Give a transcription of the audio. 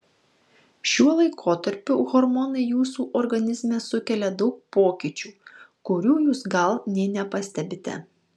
šiuo laikotarpiu hormonai jūsų organizme sukelia daug pokyčių kurių jūs gal nė nepastebite